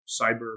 cyber